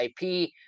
IP